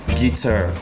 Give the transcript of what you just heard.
guitar